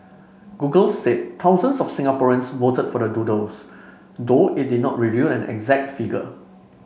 Google said thousands of Singaporeans voted for the doodles though it did not reveal an exact figure